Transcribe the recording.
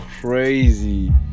crazy